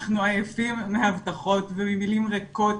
אנחנו עייפים מהבטחות וממילים ריקות